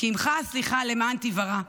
כי עִמך הסליחה למען תִוָרא.